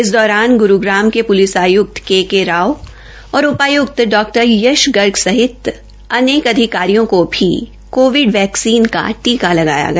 इस दौरान ग्रूग्राम के प्लिस आयुक्त के के राव और उपायुक्त डॉ यश गर्ग सहित अनेक अधिकारियों को भी कोविड वैक्सीन का टीका लगाया गया